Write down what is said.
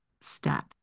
step